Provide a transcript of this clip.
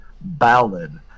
ballad